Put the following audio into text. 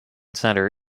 center